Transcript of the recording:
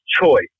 Choice